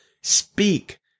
Speak